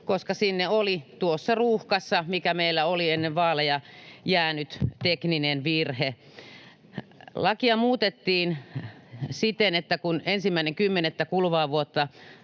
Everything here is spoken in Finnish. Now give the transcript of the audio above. koska sinne oli tuossa ruuhkassa, mikä meillä oli ennen vaaleja, jäänyt tekninen virhe. Lakia muutettiin siten, että 1.10. kuluvaa vuotta